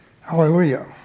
Hallelujah